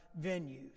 venues